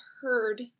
heard